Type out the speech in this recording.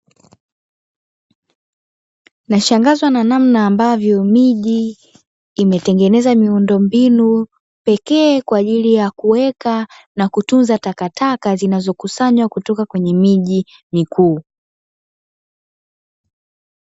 Nashangazwa na namna ambavyo miji, imetengenezwa miundo mbinu pekee kwa ajili ya kuweka na kutunza takataka, zinazokusanywa kutoka kwenye miji mikuu.